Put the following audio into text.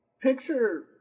Picture